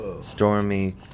Stormy